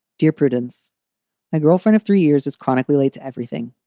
dear prudence girlfriend of three years is chronically late to everything,